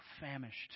famished